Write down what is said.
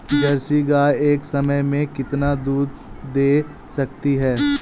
Jersey गाय एक समय में कितना दूध दे सकती है?